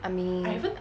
I mean